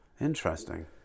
interesting